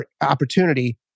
opportunity